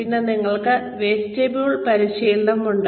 പിന്നെ ഞങ്ങൾക്ക് വെസ്റ്റിബ്യൂൾ പരിശീലനം ഉണ്ട്